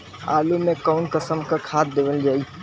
आलू मे कऊन कसमक खाद देवल जाई?